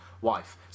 wife